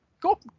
go